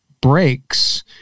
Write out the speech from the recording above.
breaks